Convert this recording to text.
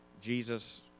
Jesus